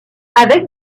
avec